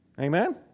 Amen